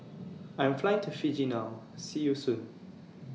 I Am Flying to Fiji now See YOU Soon